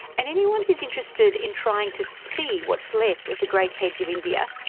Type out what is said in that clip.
and anyone who is interested in trying to see what's left of the great hedge of india,